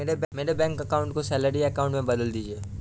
मेरे bank account को salary account में बदल दीजिए